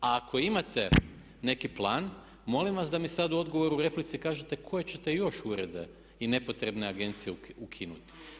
A ako imate neki plan molim vas da mi sad u odgovoru u replici kažete koje ćete još urede i nepotrebne agencije ukinuti.